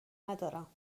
ندارم